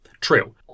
True